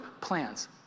plans